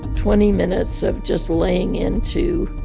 twenty minutes of just laying into,